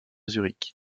zurich